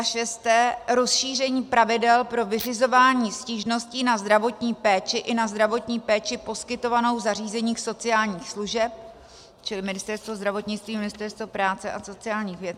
6. rozšíření pravidel pro vyřizování stížností na zdravotní péči i na zdravotní péči poskytovanou v zařízeních sociálních služeb čili Ministerstvo zdravotnictví, Ministerstvo práce a sociálních věcí;